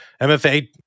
MFA